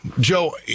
Joe